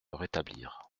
rétablir